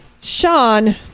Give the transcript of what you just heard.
Sean